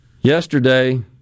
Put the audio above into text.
yesterday